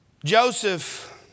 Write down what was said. Joseph